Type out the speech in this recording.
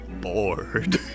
bored